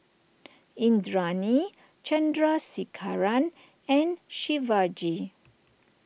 Indranee Chandrasekaran and Shivaji